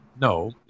No